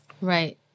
Right